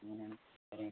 അങ്ങനെയാണ് പറയുന്നത്